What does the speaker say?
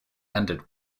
ended